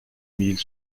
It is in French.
mille